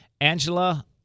Angela